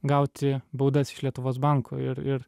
gauti baudas iš lietuvos banko ir ir